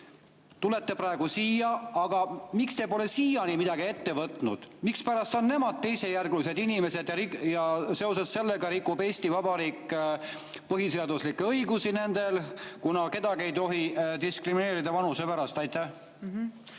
tulete praegu siia. Aga miks te pole siiani midagi ette võtnud? Mispärast on nemad teisejärgulised inimesed? Eesti Vabariik rikub nende põhiseaduslikke õigusi, kuna kedagi ei tohi diskrimineerida vanuse pärast. Aitäh!